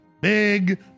big